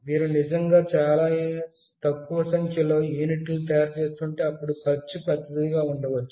మీరు నిజంగా చాలా తక్కువ సంఖ్యలో యూనిట్లను తయారు చేస్తుంటే అప్పుడు ఖర్చు పెద్దదిగా ఉండవచ్చు